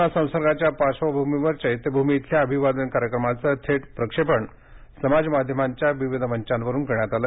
corona संसर्गाच्या पार्श्वभूमीवर चैत्यभूमी इथल्या अभिवादन कार्यक्रमाचं थेट प्रक्षेपण समाजमाध्यमांच्या विविध मंचांवरून करण्यात आलं